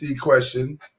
question